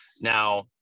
Now